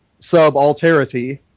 subalterity